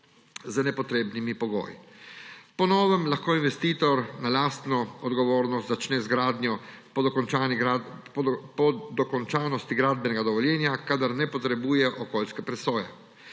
z nepotrebnimi pogoji. Po novem lahko investitor na lastno odgovornost začne z gradnjo po dokončanosti gradbenega dovoljenja, kadar ne potrebuje okoljske presoje.